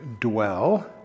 dwell